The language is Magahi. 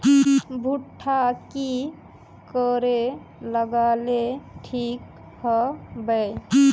भुट्टा की करे लगा ले ठिक है बय?